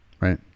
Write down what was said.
right